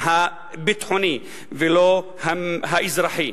הביטחוני ולא האזרחי.